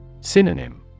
Synonym